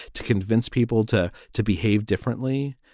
to convince people to to behave differently.